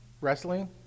wrestling